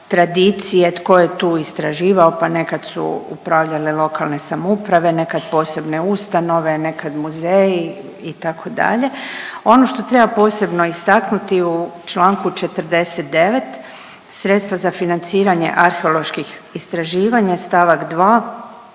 tradicije tko je tu istraživao, pa nekad su upravljale lokalne samouprave, nekad posebne ustanove, nekad muzeji itd. Ono što treba posebno istaknuti u Članku 49. sredstva za financiranje arheoloških istraživanja stavak 2.,